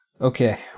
okay